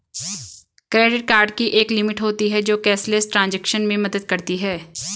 credit card की एक limit होती है जो कैशलेस ट्रांज़ैक्शन में मदद करती है